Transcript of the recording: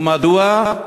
ומדוע?